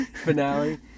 finale